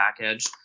package